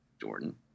Jordan